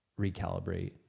recalibrate